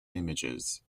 images